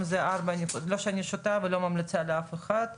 לא שאני שותה ולא ממליצה לאף אחד,